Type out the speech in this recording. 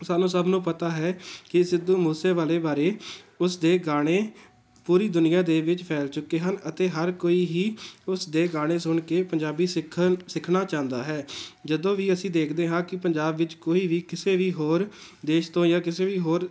ਸਾਨੂੰ ਸਭ ਨੂੰ ਪਤਾ ਹੈ ਕੀ ਸਿੱਧੂ ਮੂਸੇਵਾਲੇ ਬਾਰੇ ਉਸ ਦੇ ਗਾਣੇ ਪੂਰੀ ਦੁਨੀਆ ਦੇ ਵਿੱਚ ਫੈਲ ਚੁੱਕੇ ਹਨ ਅਤੇ ਹਰ ਕੋਈ ਹੀ ਉਸ ਦੇ ਗਾਣੇ ਸੁਣ ਕੇ ਪੰਜਾਬੀ ਸਿੱਖਣ ਸਿੱਖਣਾ ਚਾਹੁੰਦਾ ਹੈ ਜਦੋਂ ਵੀ ਅਸੀਂ ਦੇਖਦੇ ਹਾਂ ਕਿ ਪੰਜਾਬ ਦੇ ਵਿੱਚ ਕੋਈ ਵੀ ਕਿਸੇ ਵੀ ਹੋਰ ਦੇਸ਼ ਤੋਂ ਜਾਂ ਕਿਸੇ ਵੀ ਕੋਈ ਹੋਰ